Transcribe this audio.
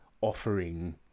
offering